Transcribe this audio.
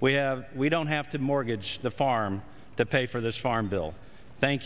we have we don't have to mortgage the farm to pay for this farm bill thank